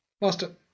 Master